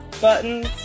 buttons